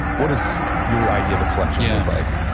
what does your idea of a collection yeah look like?